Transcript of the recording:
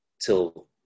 Till